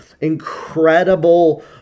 incredible